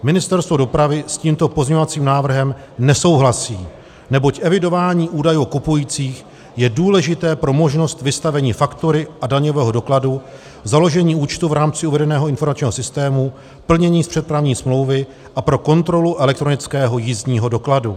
Ministerstvo dopravy s tímto pozměňovacím návrhem nesouhlasí, neboť evidování údajů o kupujících je důležité pro možnost vystavení faktury a daňového dokladu, založení účtu v rámci uvedeného informačního systému, plnění z přepravní smlouvy a pro kontrolu elektronického jízdního dokladu.